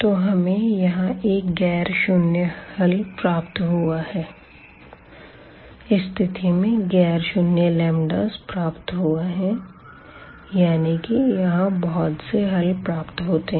तो हमें यहाँ एक गैर शून्य हल प्राप्त हुआ है इस स्थिति में गैर शून्य s प्राप्त हुआ है यानी कि यहां बहुत से हल प्राप्त होते हैं